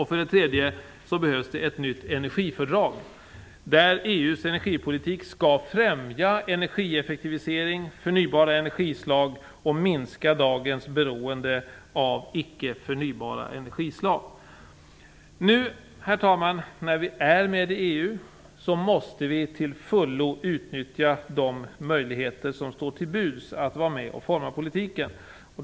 För det tredje behövs det ett nytt energifördrag där EU:s energipolitik skall främja energieffektivisering och förnybara energislag och minska dagens beroende av icke förnybara energislag. Herr talman! Nu när vi är med i EU måste vi till fullo utnyttja de möjligheter som står till buds för att vara med och forma politiken.